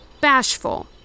bashful